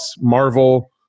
Marvel